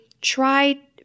try